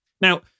now